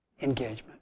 engagement